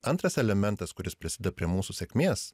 antras elementas kuris prisideda prie mūsų sėkmės